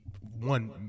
One